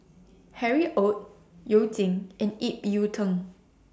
Harry ORD YOU Jin and Ip Yiu Tung